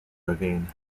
ravine